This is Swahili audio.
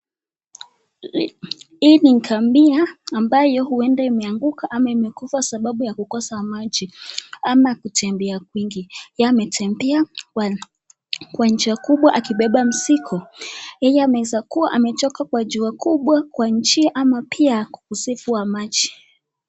Hii ni ngamia ambayo huenda imeanguka ama imekufa kwa sababu ya kukosa maji ama kutembea kwingi yeye ametembea pia kwa njia kubwa akibeba mzigo, yeye anaweza kuwa amechoka kwa jua kubwa kwa nchi ama pia ukosefu wa maji.